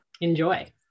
Enjoy